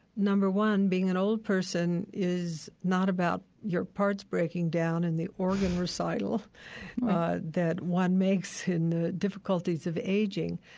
number one, being an old person is not about your parts breaking down in the organ recital that one makes in the difficulties of aging,